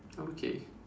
okay